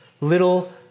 little